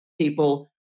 people